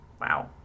Wow